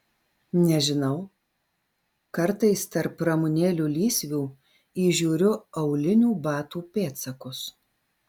nežinau kartais tarp ramunėlių lysvių įžiūriu aulinių batų pėdsakus